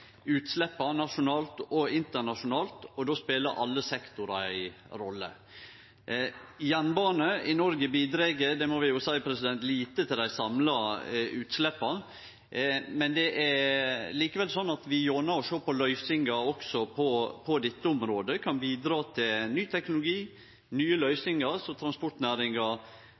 utsleppa nasjonalt og internasjonalt, og då spelar alle sektorar ei rolle. Jernbanen i Noreg bidreg lite – det må vi seie – til dei samla utsleppa, men det er likevel slik at vi ved å sjå på løysingar også på dette området kan bidra til ny teknologi og nye løysingar som transportnæringa